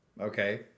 Okay